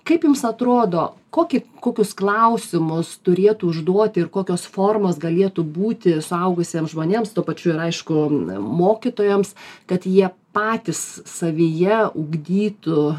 kaip jums atrodo kokį kokius klausimus turėtų užduoti ir kokios formos galėtų būti suaugusiems žmonėms tuo pačiu ir aišku mokytojoms kad jie patys savyje ugdytų